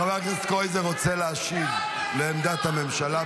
חבר הכנסת קרויזר רוצה להשיב לעמדת הממשלה.